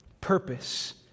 Purpose